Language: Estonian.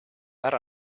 ära